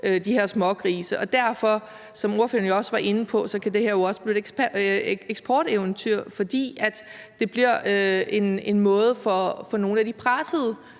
de her smågrise. Derfor kan det her – som ordføreren også var inde på – jo også blive et eksporteventyr, for det bliver en måde for nogle af de pressede